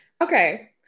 Okay